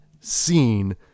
seen